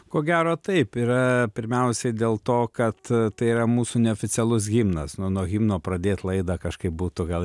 ko gero taip yra pirmiausiai dėl to kad tai yra mūsų neoficialus himnas nuo nuo himno pradėt laidą kažkaip būtų gal